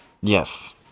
Yes